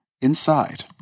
inside